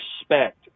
respect